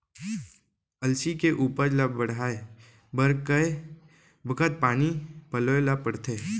अलसी के उपज ला बढ़ए बर कय बखत पानी पलोय ल पड़थे?